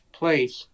place